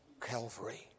Calvary